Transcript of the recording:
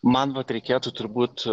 man vat reikėtų turbūt